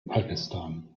pakistan